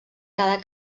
cada